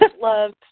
love